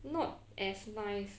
not as nice